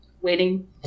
waiting